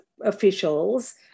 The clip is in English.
officials